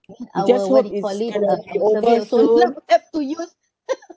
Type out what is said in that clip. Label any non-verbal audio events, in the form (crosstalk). our what do you call it uh oversold so don't have to use (laughs)